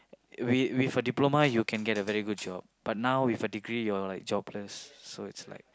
with with a diploma you can get a very good job but now with a degree you're like jobless so it's like